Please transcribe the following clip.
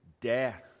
death